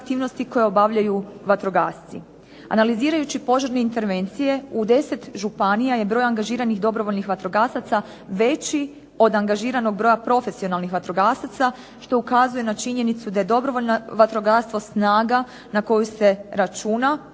koje obavljaju vatrogasci. Analizirajući požarne intervencije u 10 županija je broj angažiranih dobrovoljnih vatrogasaca veći od angažiranog broja profesionalnih vatrogasaca što ukazuje na činjenicu da je dobrovoljno vatrogastvo snaga na koju se računa